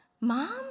Mom